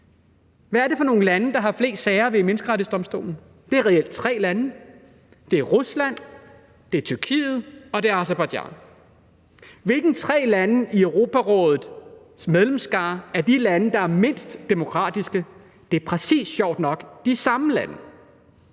Hvad er det for nogle lande, der har flest sager ved Menneskerettighedsdomstolen? Det er reelt tre lande: Det er Rusland, det er Tyrkiet, og det er Aserbajdsjan. Hvilke tre lande af Europarådets medlemsskare er de lande, der er mindst demokratiske? Det er præcis sjovt nok de samme lande.